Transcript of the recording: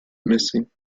missing